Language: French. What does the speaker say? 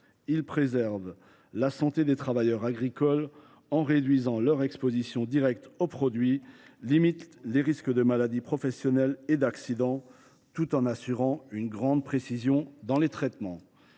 Ils préservent la santé des travailleurs agricoles en réduisant leur exposition directe aux produits, limitent les risques de maladies professionnelles et d’accidents, tout en assurant une grande précision dans les traitements.